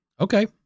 Okay